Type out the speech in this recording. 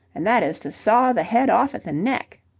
and that is to saw the head off at the neck.